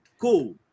Cool